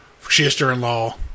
sister-in-law